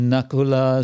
Nakula